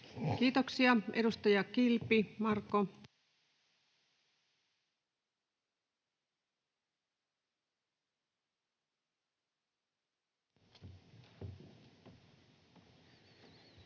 Kiitoksia. — Edustaja Kilpi, Marko.